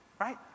right